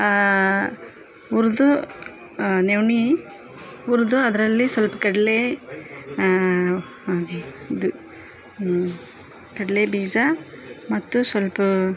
ಹುರ್ದು ನೆವ್ಣಿ ಹುರ್ದು ಅದರಲ್ಲಿ ಸ್ವಲ್ಪ ಕಡಲೆ ಅದು ಕಡಲೆ ಬೀಜ ಮತ್ತು ಸ್ವಲ್ಪ